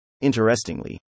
Interestingly